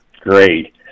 great